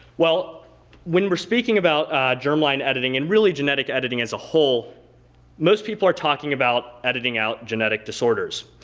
well when we're speaking about germline editing and really genetic editing as a whole most people are talking about editing out genetic disorders.